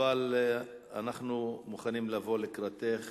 אבל אנחנו מוכנים לבוא לקראתך,